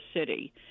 city